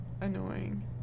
annoying